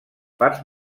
parts